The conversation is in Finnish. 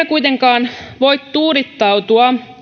kuitenkaan voi tuudittautua